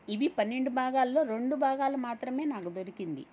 ఇవి పన్నెండు భాగాలలో రెండు భాగాలు మాత్రమే నాకు దొరికింది